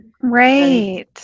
right